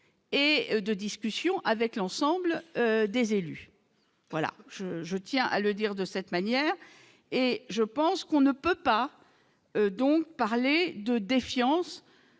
et de discussions avec l'ensemble des élus voilà je, je tiens à le dire de cette manière et je pense qu'on ne peut pas donc parler de défiance